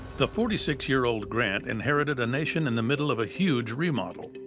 the forty six year old grant inherited a nation in the middle of a huge remodel.